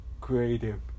creative